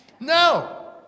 No